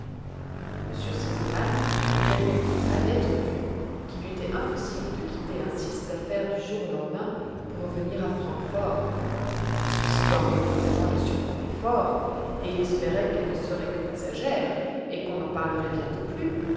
m r sesemann répondit à lettre vue qu'il lui était impossible de quitter ainsi ses affaires du jour au lendemain pour revenir à francfort cette histoire de revenants le surprenait fort et il espérait qu'elle ne serait que passagère et qu'on n'en parlerait bientôt plus